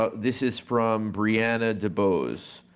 ah this is from brianna debose.